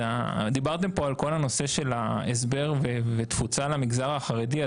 דיברתם פה על כל הנושא של הסבר ותפוצה למגזר החרדי.